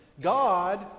God